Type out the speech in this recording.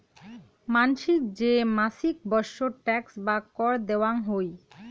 মানসি যে মাছিক বৎসর ট্যাক্স বা কর দেয়াং হই